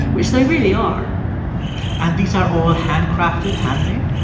which they really are and these are all handcrafted, handmade?